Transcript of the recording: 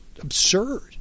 absurd